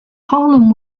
harlem